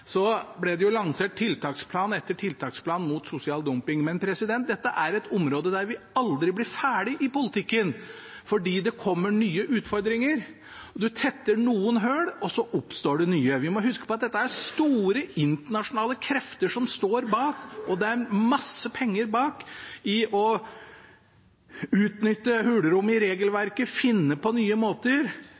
ble det lansert tiltaksplan etter tiltaksplan mot sosial dumping, men dette er et område der vi aldri blir ferdige i politikken, fordi det kommer nye utfordringer. En tetter noen hull, og så oppstår det nye. Vi må huske på at det er store, internasjonale krefter som står bak – og det er masse penger bak – det å utnytte huller i regelverket, finne på nye måter.